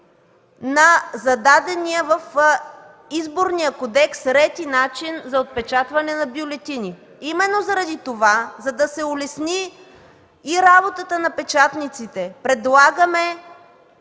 на зададените в Изборния кодекс ред и начин за отпечатване на бюлетините. Именно заради това, за да се улесни и работата на печатниците, предлагаме